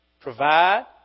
provide